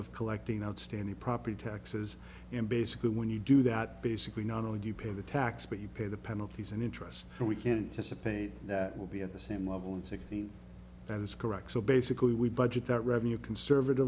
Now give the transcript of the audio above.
of collecting outstanding property taxes and basically when you do that basically not only do you pay the tax but you pay the penalties and interest and we can't just a pain that will be at the same level in sixteen that is correct so basically we budget that revenue conservative